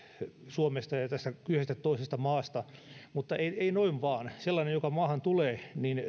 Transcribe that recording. suomesta ja ja tästä kyseisestä toisesta maasta mutta ei noin vain sellainen että se joka maahan tulee